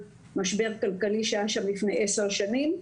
משבר כלכלי שהיה שם לפני עשר שנים.